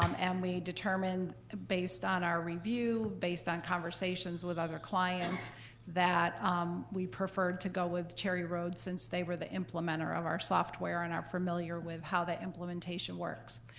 um and we determined, based on our review, based on conversations with other clients that we prefer to go with cherry road since they were the implementer of our software and are familiar with how the implementation works.